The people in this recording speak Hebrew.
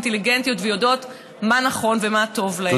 אינטליגנטיות ויודעות מה נכון ומה טוב להן.